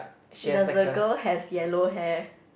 does the girl has yellow hair